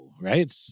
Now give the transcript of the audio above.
right